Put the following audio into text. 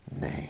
name